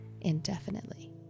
indefinitely